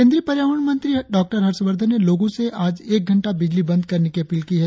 केंद्रीय पर्यावरण मंत्री डॉक्टर हर्ष वर्धन ने लोगों से आज एक घंटा बिजली बंद करने की अपील की है